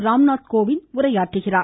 ராம்நாத் கோவிந்த் உரையாற்றுகிறார்